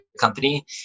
company